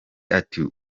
ati